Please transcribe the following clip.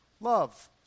love